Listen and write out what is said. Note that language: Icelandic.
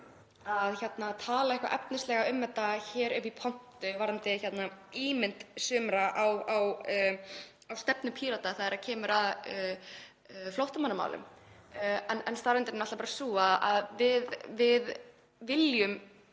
að tala eitthvað efnislega um þetta hér uppi í pontu varðandi ímynd sumra á stefnu Pírata þegar kemur að flóttamannamálum. En staðreyndin er náttúrlega sú að við viljum